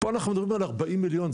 פה אנחנו מדברים על 40 מיליון,